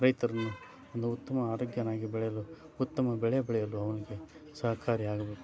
ರೈತರನ್ನು ಒಂದು ಉತ್ತಮ ಆರೋಗ್ಯವಾಗಿ ಬೆಳೆಯಲು ಉತ್ತಮ ಬೆಳೆ ಬೆಳೆಯಲು ಅವನಿಗೆ ಸಹಕಾರಿಯಾಗಬೇಕು